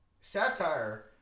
Satire